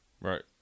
Right